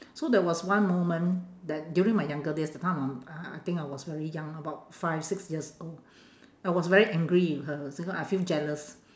so there was one moment that during my younger days that time I'm uh I think I was very young about five six years old I was very angry with her because I feel jealous